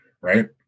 right